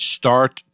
start